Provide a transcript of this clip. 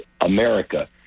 America